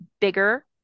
bigger